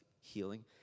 healing